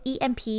EMP